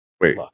Wait